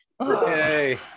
Okay